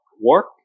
work